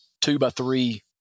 two-by-three